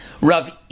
rav